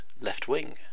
left-wing